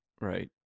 Right